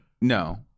No